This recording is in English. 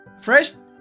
First